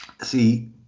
see